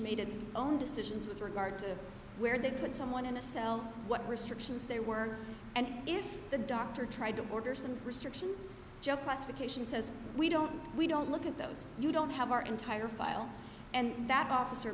made its own decisions with regard to where they put someone in a cell what restrictions there were and if the doctor tried to order some restrictions joe classification says we don't we don't look at those you don't have our entire file and that officer